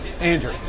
Andrew